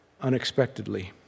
unexpectedly